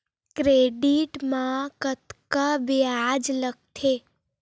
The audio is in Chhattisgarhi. क्रेडिट मा कतका ब्याज लगथे?